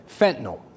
Fentanyl